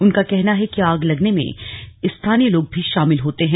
उनका कहना है कि आग लगाने में स्थानीय लोग भी शामिल होते हैं